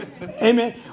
Amen